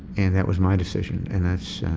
and that was my decision and that's,